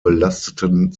belasteten